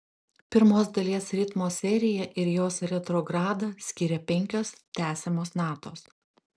pirmos dalies ritmo seriją ir jos retrogradą skiria penkios tęsiamos natos